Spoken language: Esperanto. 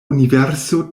universo